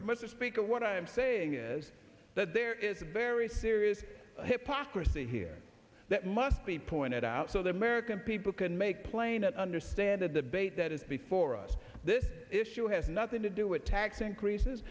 much to speak of what i am saying is that there is a very serious hypocrisy here that must be point it out so that american people can make plain and understand the debate that is before us this issue has nothing to do with tax increases